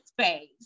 space